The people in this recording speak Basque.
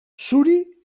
zuri